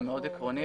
זה מאוד עקרוני.